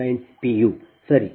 u ಸರಿ